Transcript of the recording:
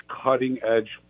cutting-edge